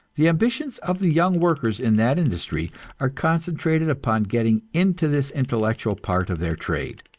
the ambitions of the young workers in that industry are concentrated upon getting into this intellectual part of their trade.